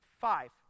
five